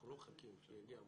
אנחנו לא מחכים שיגיע המועד.